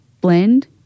blend